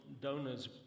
donors